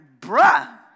bruh